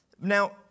Now